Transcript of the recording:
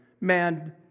man